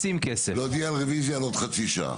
להודיע על רוויזיה עוד חצי שעה.